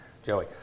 Joey